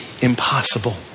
impossible